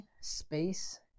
space